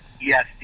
Yes